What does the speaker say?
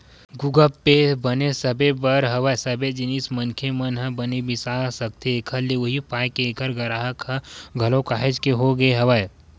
गुगप पे बने सबे बर हवय सबे जिनिस मनखे मन ह बने बिसा सकथे एखर ले उहीं पाय के ऐखर गराहक ह घलोक काहेच के होगे हवय